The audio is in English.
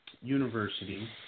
university